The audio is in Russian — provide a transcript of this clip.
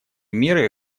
меры